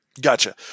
Gotcha